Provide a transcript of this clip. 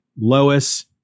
Lois